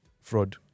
fraud